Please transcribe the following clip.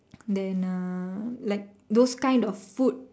then uh like those kind of food